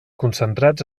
concentrats